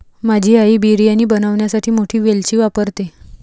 माझी आई बिर्याणी बनवण्यासाठी मोठी वेलची वापरते